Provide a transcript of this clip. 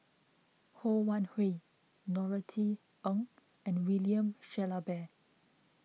Ho Wan Hui Norothy Ng and William Shellabear